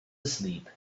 asleep